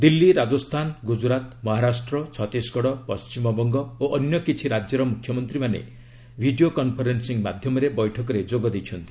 ଦିଲ୍ଲୀ ରାଜସ୍ତାନ ଗୁଜୁରାଟ ମହାରାଷ୍ଟ୍ର ଛତିଶଗଡ ପଶ୍ଚିମବଙ୍ଗ ଓ ଅନ୍ୟକିଛି ରାଜ୍ୟର ମୁଖ୍ୟମନ୍ତ୍ରୀମାନେ ଭିଡ଼ିଓ କନ୍ଫରେନ୍ସିଂ ମାଧ୍ୟମରେ ବୈଠକରେ ଯୋଗ ଦେଇଛନ୍ତି